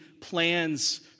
plans